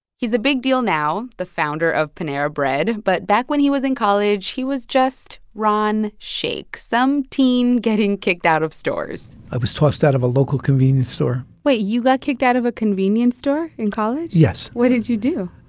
he's a big deal now, the founder of panera bread. but back when he was in college, he was just ron shaich, some teen getting kicked out of stores i was tossed out of a local convenience store wait. you got kicked out of a convenience store in college? yes what did you do?